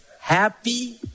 Happy